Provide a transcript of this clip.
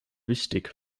wichtig